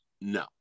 No